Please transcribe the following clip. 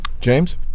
James